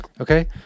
okay